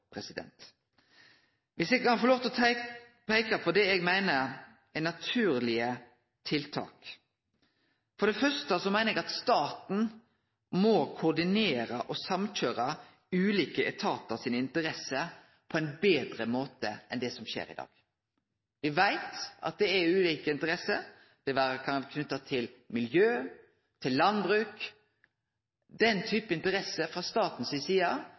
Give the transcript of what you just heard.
eg glad for. Dersom eg kan få lov til å peike på det eg meiner er naturlege tiltak: For det første meiner eg at staten må koordinere og samkjøre ulike etatar sine interesser på ein betre måte enn det som skjer i dag. Me veit at det er ulike interesser knytte til miljø og til landbruk. Den typen interesser frå staten si side